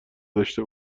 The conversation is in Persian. داشته